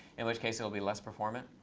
in which case it'll be less performant.